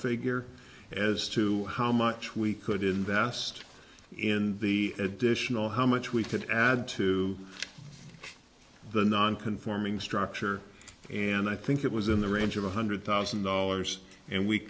figure as to how much we could invest in the additional how much we could add to the non conforming structure and i think it was in the range of one hundred thousand dollars and we